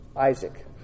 Isaac